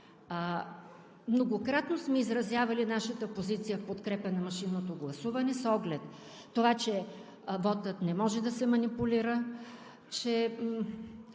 Многократно сме изразявали нашата позиция в подкрепа на машинното гласуване с оглед това, че вотът не може да се манипулира,